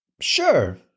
Sure